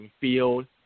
field